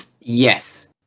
Yes